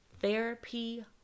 therapy